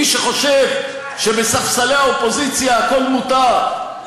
מי שחושב שבספסלי האופוזיציה הכול מותר,